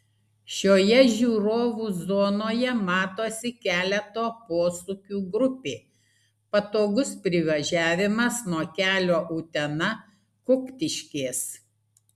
šioje žiūrovų zonoje matosi keleto posūkių grupė patogus privažiavimas nuo kelio utena kuktiškės